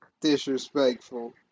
Disrespectful